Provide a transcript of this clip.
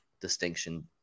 distinction